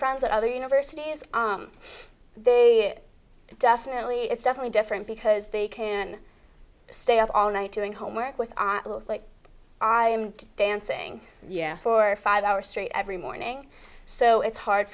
friends at other universities they definitely it's definitely different because they can stay up all night doing homework with like i'm dancing yeah for five hours straight every morning so it's hard